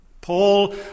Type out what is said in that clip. Paul